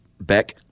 Beck